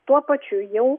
tuo pačiu jau